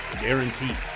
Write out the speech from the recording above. guaranteed